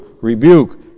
rebuke